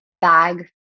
bag